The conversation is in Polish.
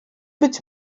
być